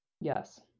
Yes